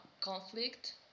conflict